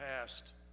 past